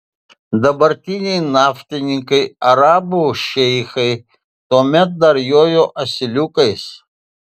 dabartiniai naftininkai arabų šeichai tuomet dar jojo asiliukais